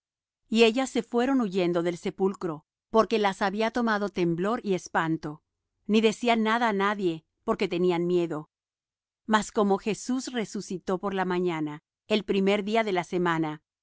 y ellas se fueron huyendo del sepulcro porque las había tomado temblor y espanto ni decían nada á nadie porque tenían miedo mas como jesús resucitó por la mañana el primer día de la semana